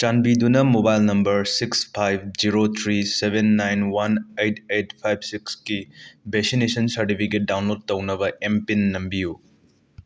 ꯆꯥꯟꯕꯤꯗꯨꯅ mobile number six five zero three seven nine one eight eight five ꯁꯤꯛꯁꯀꯤ vaccination ꯁꯔꯗꯤꯕꯤꯒꯦꯠ download ꯇꯧꯅꯕ M PIN ꯅꯝꯕꯤꯌꯨ